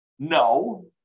No